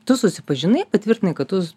tu susipažinai patvirtinai kad tu